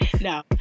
no